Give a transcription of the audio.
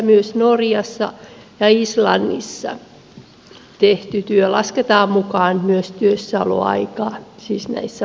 myös norjassa ja islannissa tehty työ lasketaan mukaan työssäoloaikaan siis näissä maissa